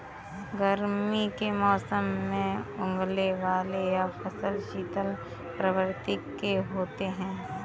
गर्मी के मौसम में उगने वाले यह फल शीतल प्रवृत्ति के होते हैं